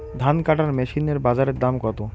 ধান কাটার মেশিন এর বাজারে দাম কতো?